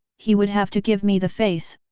he would have to give me the face,